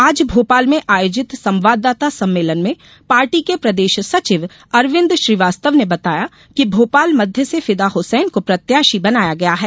आज भोपाल में आयोजित संवाददाता सम्मेलन में पार्टी के प्रदेश सचिव अरविन्द श्रीवास्तव ने बताया कि भोपाल मध्य से फ़िदा हुसैन को प्रत्याशी बनाया गया है